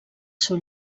seu